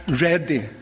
ready